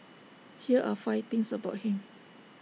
here are five things about him